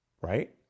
right